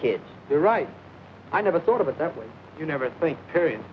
kids there right i never thought of it that way you never think period